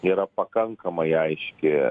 yra pakankamai aiški